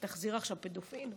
אתה תחזיר עכשיו פדופיל?